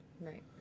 Right